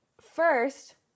first